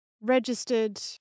registered